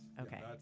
Okay